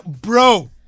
bro